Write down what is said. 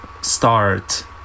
start